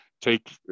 take